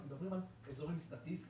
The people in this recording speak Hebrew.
אנחנו מדברים על אזורים סטטיסטיים.